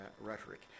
rhetoric